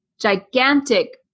gigantic